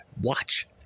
watch